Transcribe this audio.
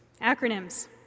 Acronyms